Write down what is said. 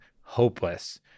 hopeless